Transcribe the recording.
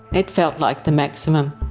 it felt like the maximum.